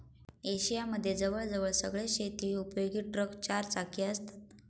Asia मध्ये जवळ जवळ सगळेच शेती उपयोगी ट्रक चार चाकी असतात